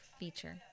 feature